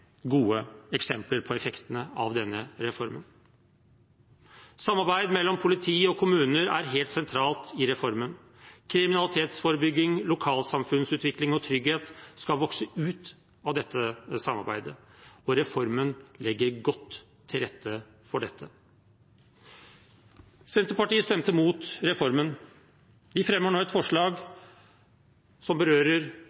gode eksempler på effektene av denne reformen. Samarbeid mellom politi og kommuner er helt sentralt i reformen. Kriminalitetsforebygging, lokalsamfunnsutvikling og trygghet skal vokse ut av dette samarbeidet, og reformen legger godt til rette for dette. Senterpartiet stemte mot reformen. De fremmer nå et